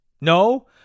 no